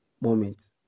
moment